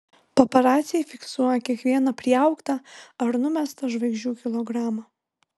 paparaciai fiksuoja kiekvieną priaugtą ar numestą žvaigždžių kilogramą